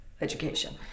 education